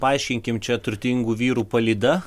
paaiškinkim čia turtingų vyrų palyda